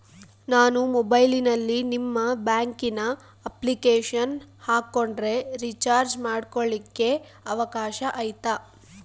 ನಾನು ಮೊಬೈಲಿನಲ್ಲಿ ನಿಮ್ಮ ಬ್ಯಾಂಕಿನ ಅಪ್ಲಿಕೇಶನ್ ಹಾಕೊಂಡ್ರೆ ರೇಚಾರ್ಜ್ ಮಾಡ್ಕೊಳಿಕ್ಕೇ ಅವಕಾಶ ಐತಾ?